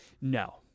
No